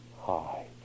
high